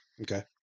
Okay